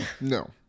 No